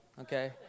okay